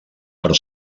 però